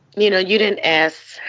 you know, you didn't ask.